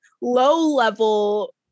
low-level